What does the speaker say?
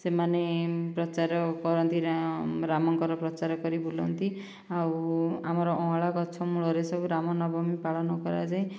ସେମାନେ ପ୍ରଚାର କରନ୍ତି ରାମଙ୍କର ପ୍ରଚାର କରି ବୁଲନ୍ତି ଆଉ ଆମର ଅଁଳା ଗଛ ମୂଳରେ ସବୁ ରାମ ନବମୀ ପାଳନ କରାଯାଏ